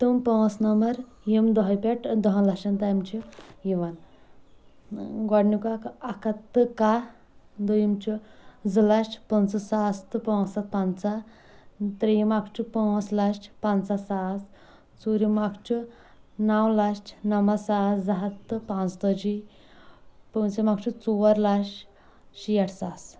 تِم پانٛژھ نمبر یِم دہہِ پٮ۪ٹھ دہن لچھن تأنۍ چھ یِوان گۄڈنیُک اکھ اکھ ہَتھ تہٕ کاہہ دوٚیِم چُھ زٕ لچھ پنٛژٕ ساس پانٛژھ ہَتھ تہٕ پنژاہ ترٛیٚیِم اکھ چُھ پانٛژھ لچھ پنٛژاہ ساس ژوٗرِم اکھ چُھ نَو لچھ نَمتھ ساس زٕ ہَتھ تہٕ پانٛژھ تأجی پونٛژِم اکھ چُھ ژور لچھ شیٹھ ساس